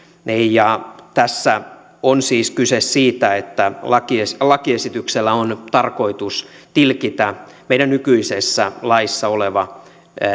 tässä on siis kyse siitä että lakiesityksellä on tarkoitus tilkitä meidän nykyisessä laissa oleva